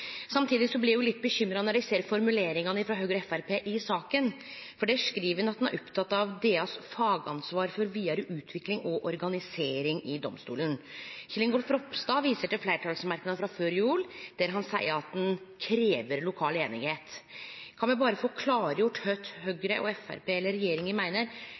blir eg litt bekymra når eg ser formuleringane frå Høgre og Framstegspartiet i saka, for der skriv ein at ein er oppteken av DAs «fagansvar for videre utvikling av struktur og organisering i domstolene». Kjell Ingolf Ropstad viser til fleirtalsmerknadene frå før jul, der